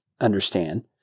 understand